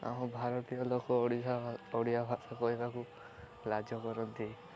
ଆମ ଭାରତୀୟ ଲୋକ ଓଡ଼ିଶା ଓଡ଼ିଆ ଭାଷା କହିବାକୁ ଲାଜ କରନ୍ତି